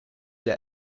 der